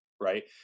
right